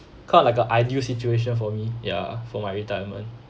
kind of like a ideal situation for me ya for my retirement